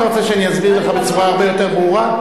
אתה רוצה שאני אסביר לך בצורה הרבה יותר ברורה?